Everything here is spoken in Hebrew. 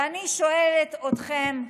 ואני שואלת אתכם,